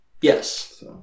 Yes